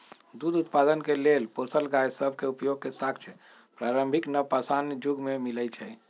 दूध उत्पादन के लेल पोसल गाय सभ के उपयोग के साक्ष्य प्रारंभिक नवपाषाण जुग में मिलइ छै